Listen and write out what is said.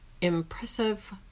impressive